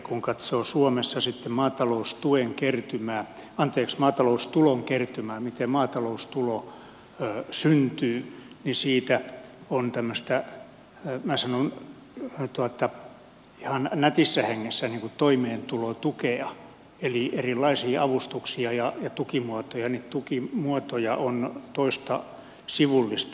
kun katsoo suomessa maataloustulon kertymää miten maataloustulo syntyy niin siinä on tämmöistä minä sanon ihan nätissä hengessä toimeentulotukea eli erilaisia avustuksia ja tukimuotoja on toista sivullista